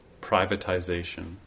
privatization